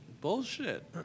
Bullshit